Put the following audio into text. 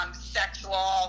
sexual